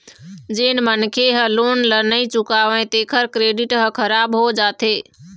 जेन मनखे ह लोन ल नइ चुकावय तेखर क्रेडिट ह खराब हो जाथे